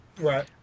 Right